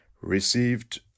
received